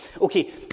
Okay